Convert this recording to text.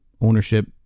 ownership